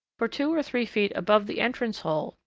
for two or three feet above the entrance hole,